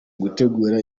gutegura